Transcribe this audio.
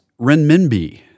renminbi